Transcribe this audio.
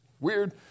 Weird